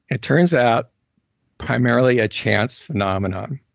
it turns out primarily a chance phenomenon,